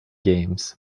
games